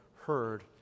heard